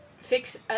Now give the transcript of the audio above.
fix